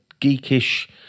geekish